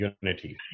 unity